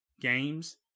games